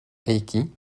heikki